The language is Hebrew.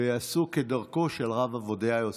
ויעשו כדרכו של הרב עובדיה יוסף.